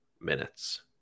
minutes